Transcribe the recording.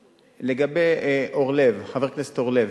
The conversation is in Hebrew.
לגבי הדברים של חבר הכנסת אורלב,